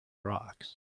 rocks